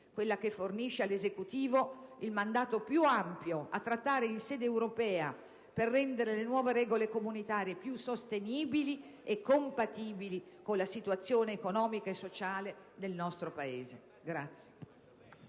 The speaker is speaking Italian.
quella che fornisce all'Esecutivo il mandato più ampio a trattare in sede europea per rendere le nuove regole comunitarie più sostenibili e compatibili con la situazione economica e sociale del nostro Paese.